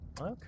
Okay